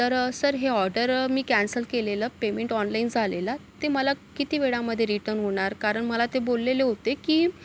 तर सर हे ऑर्डर मी कॅन्सल केलेलं पेमेंट ऑनलाईन झालेला ते मला किती वेळामध्ये रिटर्न होणार कारण मला ते बोललेले होते की